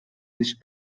nicht